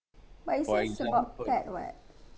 but it's says it's about pet [what]